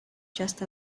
just